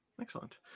Excellent